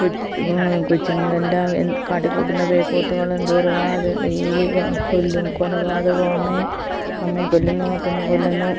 കൊച്ചുങ്ങളെല്ലാം കാട്ടിക്കൂട്ടുന്ന പേക്കൂത്തുകള് എന്തോരമാണ് അത് ഡെയ്ലി കൊല്ലും കൊലപാതകവും അമ്മയെ അമ്മയെ കൊല്ലുന്നു അപ്പനെ കൊല്ലുന്നു